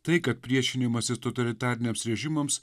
tai kad priešinimasis totalitariniams režimams